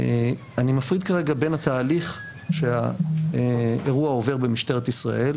אני מפריד כרגע בין התהליך שהאירוע עובר במשטרת ישראל,